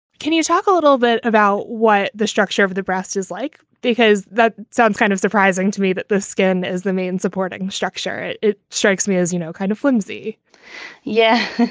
can you talk a little bit about what the structure of the breast is like? because that sounds kind of surprising to me that the skin is the main supporting structure. it it strikes me as, you know, kind of flimsy yeah.